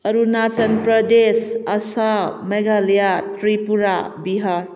Arunachal Pradesh Assam Meghalaya Tripura Bihar